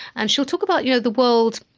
and she'll talk about you know the world.